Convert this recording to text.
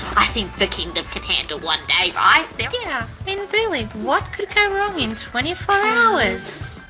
i think the kingdom could handle one day. i yeah mean really what could go wrong in twenty four hours?